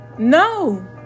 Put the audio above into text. no